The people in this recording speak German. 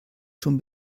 schon